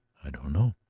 i don't know!